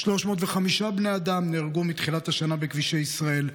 305 בני אדם נהרגו מתחילת השנה בכבישי ישראל,